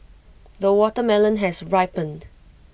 the watermelon has ripened